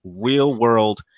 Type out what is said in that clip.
real-world